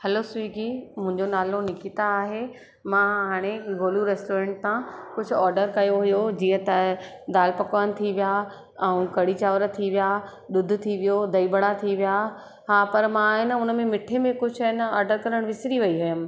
हलो Swiggy मुंहिंजो नालो निकिता आहे मां हाणे गोलू रेस्टोरेंट तां कुझु ऑडर कयो हुयो जीअं त दाल पकवान थी विया ऐं कढ़ी चांवर थी विया ॾुधु थी वियो दही बड़ा थी विया हा पर मां हाणे हेन उन मिठे में कुझु हेन ऑडर करणु विसरी वई हुअमि